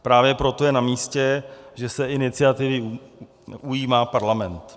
Právě proto je namístě, že se iniciativy ujímá parlament.